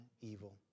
evil